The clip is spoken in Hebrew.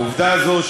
העובדה הזאת,